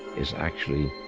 is actually.